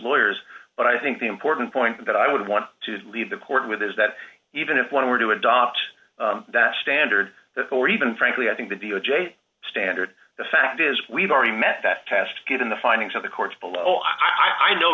lawyers but i think the important point that i would want to leave the court with is that even if one were to adopt that standard or even frankly i think the b o j standard the fact is we've already met that test given the findings of the court below i know